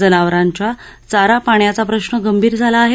जनावरांच्या चारा पाण्याचा प्रश्न गंभीर झाला आहे